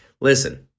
Listen